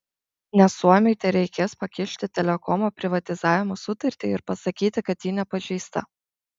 nes suomiui tereikės pakišti telekomo privatizavimo sutartį ir pasakyti kad ji nepažeista